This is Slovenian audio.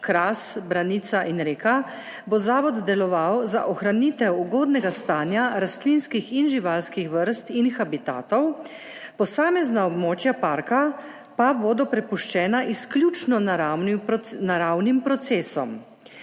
Kras, Branica in Reka bo zavod deloval za ohranitev ugodnega stanja rastlinskih in živalskih vrst in habitatov, posamezna območja parka pa bodo prepuščena izključno naravnim procesom.